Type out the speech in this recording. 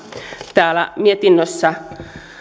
täällä mietinnössä